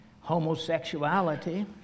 homosexuality